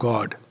God